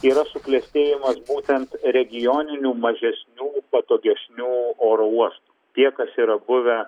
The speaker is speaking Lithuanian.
yra suklestėjimas būtent regioninių mažesnių patogesnių oro uostų tie kas yra buvę